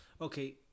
okay